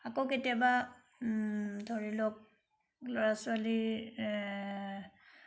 আকৌ কেতিয়াবা ধৰি লওক ল'ৰা ছোৱালীৰ